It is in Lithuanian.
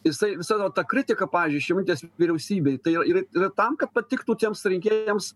jisai visa va ta kritika pavyzdžiui šimonytės vyriausybei tai ir yra yra tam kad patiktų tiems rinkėjams